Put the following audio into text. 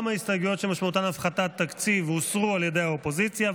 ההסתייגויות שמשמעותן הפחתת תקציב הוסרו על ידי האופוזיציה.